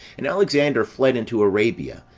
and alexander fled into arabia,